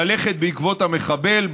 ללכת בעקבות המחבל,